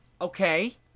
Okay